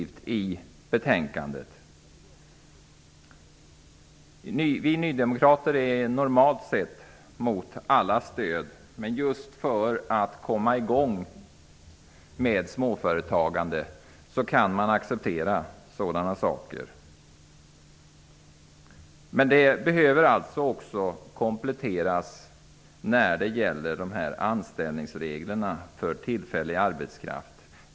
Vi nydemokrater är normalt sett emot alla stöd, men just för att komma i gång med småföretagandet kan man acceptera sådana saker. Det behövs dock en komplettering när det gäller anställningsreglerna för tillfällig arbetskraft.